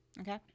Okay